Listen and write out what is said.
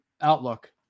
outlook